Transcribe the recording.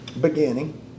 beginning